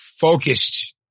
focused